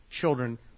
children